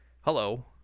Hello